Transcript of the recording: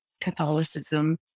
Catholicism